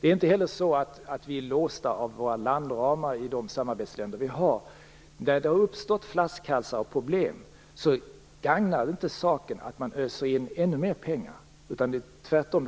Det är heller inte så att vi är låsta av våra landramar i de samarbetsländer vi har. Där det har uppstått flaskhalsar och problem gagnar det inte saken att man öser in ännu mer pengar. Tvärtom.